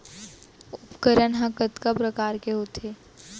उपकरण हा कतका प्रकार के होथे?